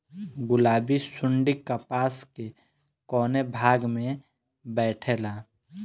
गुलाबी सुंडी कपास के कौने भाग में बैठे ला?